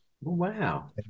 Wow